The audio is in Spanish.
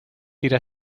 tira